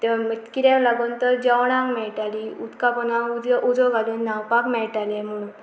किद्याक लागून तर जेवणाकक मेळटाली उदका पोंदा उजो घालून न्हांवपाक मेळटालें म्हणून